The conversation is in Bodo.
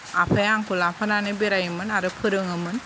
आफाया आंखौ लाफानानै बेरायोमोन आरो फोरोङोमोन